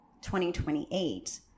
2028